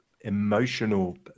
emotional